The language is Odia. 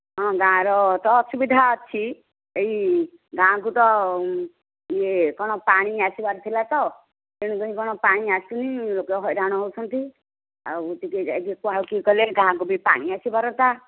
ହଁ ଗାଁର ତ ଅସୁବିଧା ଅଛି ଏହି ଗାଁକୁ ତ ୟେ କ'ଣ ପାଣି ଆସିବାର ଥିଲା ତ ତେଣୁ କରି କ'ଣ ପାଣି ଆସିନି ଲୋକ ହଇରାଣ ହେଉଛନ୍ତି ଆଉ ଟିକେ କାହାକୁ ଯାଇ କୁହା କୁହି କଲେ ଗାଁକୁ ବି ପାଣି ଆସିପାରନ୍ତା